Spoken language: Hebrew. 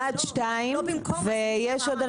בבקשה,